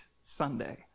Sunday